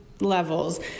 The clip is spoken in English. levels